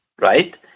right